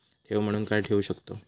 ठेव म्हणून काय ठेवू शकताव?